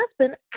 husband